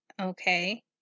Okay